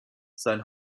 sein